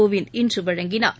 கோவிந்த் இன்று வழங்கினார்